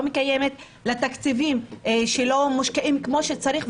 מקיימת ולתקציבים שלא מושקעים כמו שצריך.